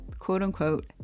quote-unquote